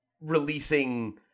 releasing